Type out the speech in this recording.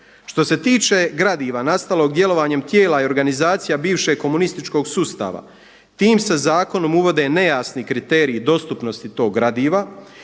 Što se tiče gradiva nastalog djelovanjem tijela i organizacija bivšeg komunističkog sustava, tim se zakonom uvode nejasni kriteriji dostupnosti tog gradiva